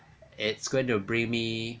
it's going to bring me